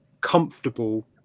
comfortable